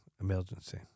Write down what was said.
Emergency